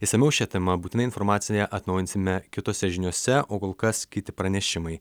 išsamiau šia tema būtinai informaciją atnaujinsime kitose žiniose o kol kas kiti pranešimai